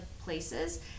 places